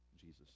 jesus